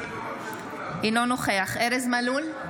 אינו נוכח ארז מלול,